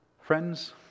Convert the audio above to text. Friends